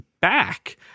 back